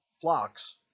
flocks